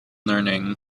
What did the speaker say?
learning